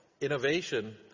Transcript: Innovation